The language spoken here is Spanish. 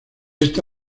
esta